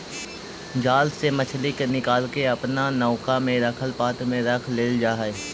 जाल से मछली के निकालके अपना नौका में रखल पात्र में रख लेल जा हई